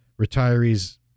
retirees